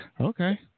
Okay